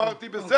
אמרתי בסדר.